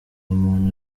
umuntu